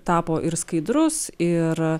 tapo ir skaidrus ir